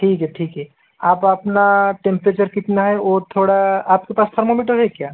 ठीक है ठीक है आप अपना टेम्प्रेचर कितना है वो थोड़ा आप के पास थर्मामीटर है क्या